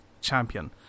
champion